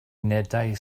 unedau